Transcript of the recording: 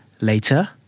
later